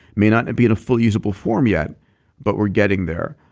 may not and be in a fully usable form yet but we're getting there.